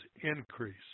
increase